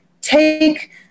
take